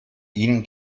ihn